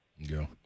go